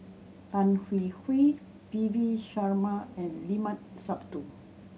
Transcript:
Tan Hwee Hwee P V Sharma and Limat Sabtu